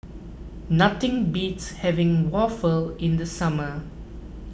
nothing beats having waffle in the summer